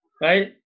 Right